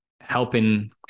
helping